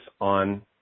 on